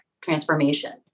transformation